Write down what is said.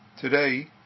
Today